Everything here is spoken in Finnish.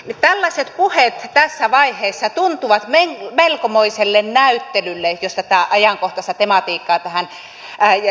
tällaiset puheet tässä vaiheessa tuntuvat melkoiselta näyttelyltä jos tätä tähän ajankohtaiseen tematiikkaan jalkapalloon viedään